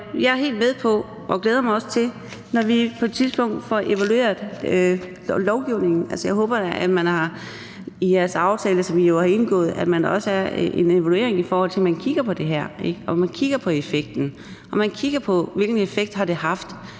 glæder mig også til, at vi på et tidspunkt får evalueret lovgivningen. Altså, jeg håber, at man i jeres aftale, som I jo har indgået, også laver en evaluering, så man får kigget på det her, og at man kigger på effekten, og at man kigger på, hvilken effekt det har